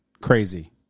crazy